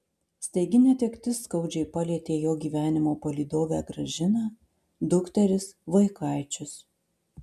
staigi netektis skaudžiai palietė jo gyvenimo palydovę gražiną dukteris vaikaičius